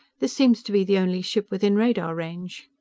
this seems to be the only ship within radar range.